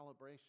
calibration